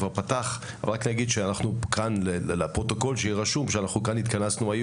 כבר פתח: רק כדי שיהיה רשום בפרוטוקול שהתכנסנו כאן,